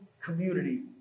community